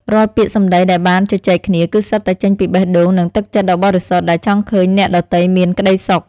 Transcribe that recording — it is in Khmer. រាល់ពាក្យសម្ដីដែលបានជជែកគ្នា គឺសុទ្ធតែចេញពីបេះដូងនិងទឹកចិត្តដ៏បរិសុទ្ធដែលចង់ឃើញអ្នកដទៃមានក្ដីសុខ។